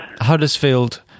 Huddersfield